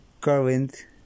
current